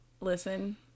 listen